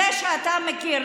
זה שאתה מכיר,